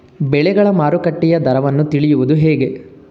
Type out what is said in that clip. ಬೆಳೆಗಳ ಮಾರುಕಟ್ಟೆಯ ದರವನ್ನು ತಿಳಿಯುವುದು ಹೇಗೆ?